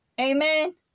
Amen